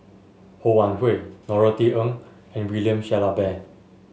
Ho Wan Hui Norothy Ng and William Shellabear